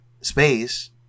space